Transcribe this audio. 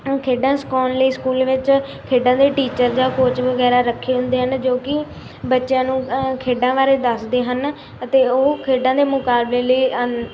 ਖੇਡਾਂ ਸਿਖਾਉਣ ਲਈ ਸਕੂਲ ਵਿੱਚ ਖੇਡਾਂ ਦੇ ਟੀਚਰ ਜਾਂ ਕੋਚ ਵਗੈਰਾ ਰੱਖੇ ਹੁੰਦੇ ਹਨ ਜੋ ਕਿ ਬੱਚਿਆਂ ਨੂੰ ਖੇਡਾਂ ਬਾਰੇ ਦੱਸਦੇ ਹਨ ਅਤੇ ਉਹ ਖੇਡਾਂ ਦੇ ਮੁਕਾਬਲੇ ਲਈ